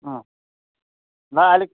अँ ल अलिक